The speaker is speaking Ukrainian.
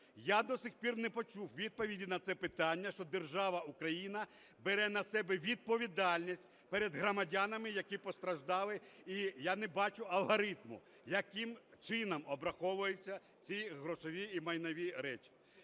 Я до сих пір не почув відповіді на це питання, що держава Україна бере на себе відповідальність перед громадянами, які постраждали, і я не бачу алгоритму, яким чином обраховуються ці грошові і майнові речі.